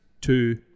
two